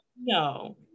no